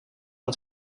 het